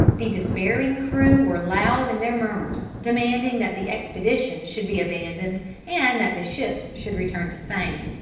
the despairing crew were loud in their murmurs, demanding that the expedition should be abandoned and that the ships should return to spain.